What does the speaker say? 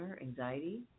anxiety